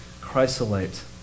chrysolite